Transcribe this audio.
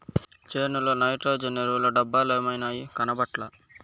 చేనుల నైట్రోజన్ ఎరువుల డబ్బలేమైనాయి, కనబట్లా